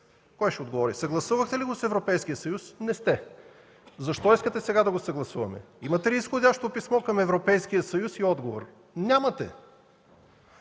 Кой ще отговори? Съгласувахте ли го с Европейския съюз? Не сте. Защо искате сега да го съгласуваме? Имате ли изходящо писмо към Европейския съюз и отговор? Нямате!